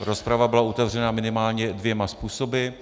Ta rozprava byla otevřena minimálně dvěma způsoby.